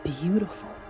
beautiful